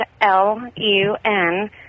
L-U-N